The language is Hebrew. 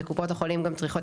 וקופות החולים גם צריכות,